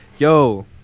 yo